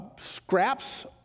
scraps